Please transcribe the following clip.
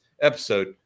episode